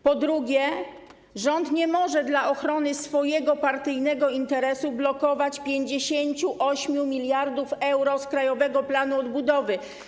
Po drugie, rząd nie może dla ochrony swojego partyjnego interesu blokować 58 mld euro z Krajowego Planu Odbudowy.